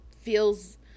feels